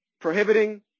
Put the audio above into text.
prohibiting